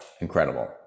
incredible